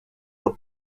por